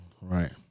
Right